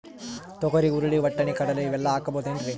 ತೊಗರಿ, ಹುರಳಿ, ವಟ್ಟಣಿ, ಕಡಲಿ ಇವೆಲ್ಲಾ ಹಾಕಬಹುದೇನ್ರಿ?